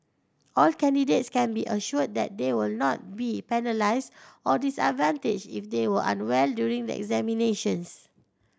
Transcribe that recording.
all candidates can be assured that they will not be penalised or disadvantaged if they were unwell during the examinations